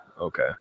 Okay